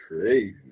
crazy